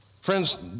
Friends